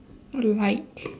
how to write